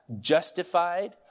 justified